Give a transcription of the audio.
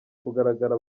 kugaragara